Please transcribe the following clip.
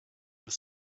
ever